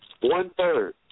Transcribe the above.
one-third